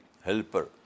helper